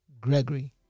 Gregory